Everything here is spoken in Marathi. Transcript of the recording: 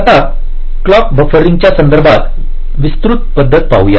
आता क्लॉक बफरिंग च्या संदर्भात विस्तृत पद्धती पाहूया